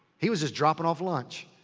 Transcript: he was just dropping off lunch.